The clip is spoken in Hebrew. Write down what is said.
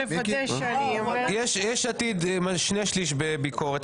יש עתיד שני שליש בוועדת הביקורת,